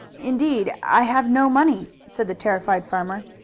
indeed i have no money, said the terrified farmer.